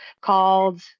called